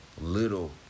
little